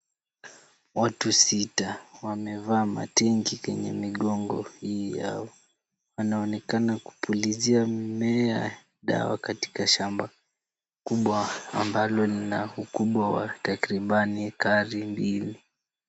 Watu sita wamevaa matenki kwenye migongo yao, wanaonekana kupulizia mimea dawa katika shamba kubwa ambalo lina ukubwa wa takriban ekari mbili.